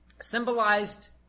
symbolized